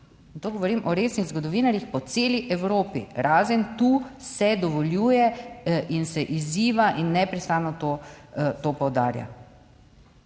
to govorim o resnih zgodovinarjih po celi Evropi, razen tu se dovoljuje in se izziva in neprestano to poudarja.